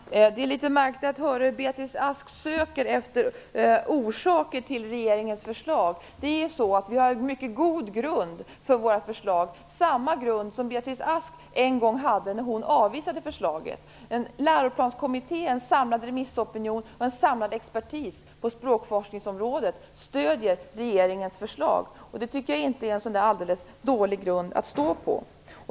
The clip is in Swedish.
Herr talman! Det är litet märkligt att höra hur Beatrice Ask söker efter orsaker till regeringens förslag. Vi har en mycket god grund för vårt förslag, samma grund som Beatrice Ask hade när hon en gång avvisade förslaget. Men Läroplanskommitténs samlade remissopinion och en samlad expertis på språkforskningsområdet stödjer regeringens förslag. Jag tycker inte att det är någon helt dålig grund att stå på.